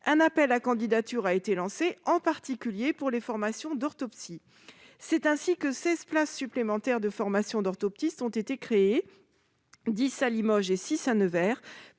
Un appel à candidatures a été lancé, en particulier pour les formations d'orthoptie. Seize places supplémentaires en formation d'orthoptie ont été créées- dix à Limoges et six à Nevers